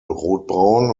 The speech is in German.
rotbraun